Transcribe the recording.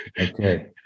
Okay